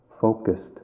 focused